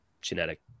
genetic